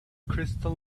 crystal